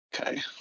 Okay